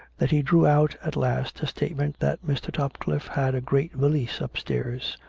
that he drew out at last a statement that mr. topcliffe had a great valise upstairs,